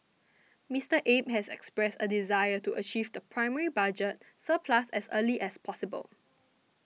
Mister Abe has expressed a desire to achieve the primary budget surplus as early as possible